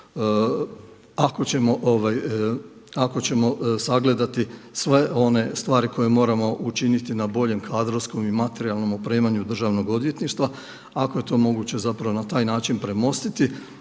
ako ćemo sagledati sve one stvari koje moramo učiniti na boljem kadrovskom i materijalnom opremanju državnog odvjetništva, ako je to moguće zapravo na taj način premostiti.